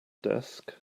desk